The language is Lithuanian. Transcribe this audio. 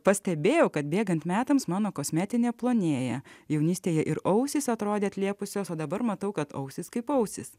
pastebėjau kad bėgant metams mano kosmetinė plonėja jaunystėje ir ausys atrodė atlėpusios o dabar matau kad ausys kaito ausys